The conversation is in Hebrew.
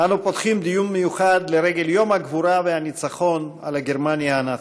אנו פותחים דיון מיוחד לרגל יום הגבורה והניצחון על גרמניה הנאצית.